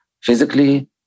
physically